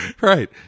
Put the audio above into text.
Right